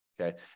Okay